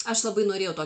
aš labai norėjau to